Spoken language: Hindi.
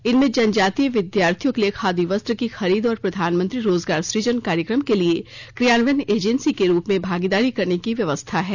इनमें जनजातीय विद्यार्थियों के लिए खादी वस्त्र की खरीद और प्रधानमंत्री रोजगार सुजन कार्यक्रम के लिए क्रियान्वयन एजेंसी के रूप में भागीदारी करने की व्यवस्था है